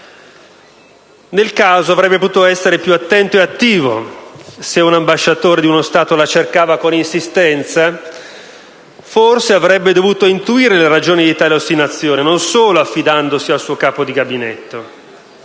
Nel caso, avrebbe potuto essere più attento ed attivo. Se un ambasciatore di uno Stato la cercava con insistenza, forse avrebbe dovuto intuire le ragioni di tale ostinazione, non solo affidandosi al suo capo di gabinetto.